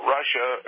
Russia